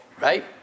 right